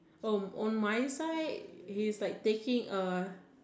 oh on my side he's like taking a